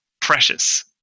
precious